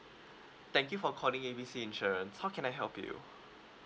thank you for calling A B C insurance how can I help you